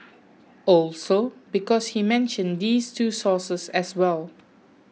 also because he mentioned these two sources as well